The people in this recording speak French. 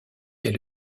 est